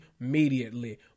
immediately